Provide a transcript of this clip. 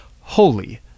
holy